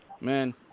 Man